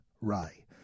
rye